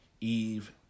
Eve